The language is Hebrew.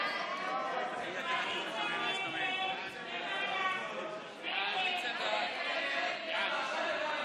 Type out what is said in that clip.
ההצעה להעביר לוועדה את הצעת חוק ביטוח בריאות